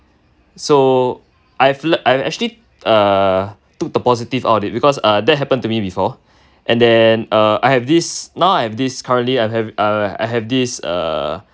so I have learnt I have actually uh took the positive out of it because uh that happened to me before and then uh I have this now I have this currently I have this uh